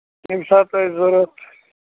ییٚمہِ ساتہٕ تۄہہِ ضروٗرت